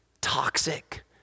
toxic